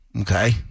Okay